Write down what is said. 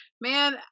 man